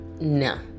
No